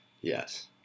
Yes